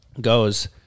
goes